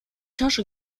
tasche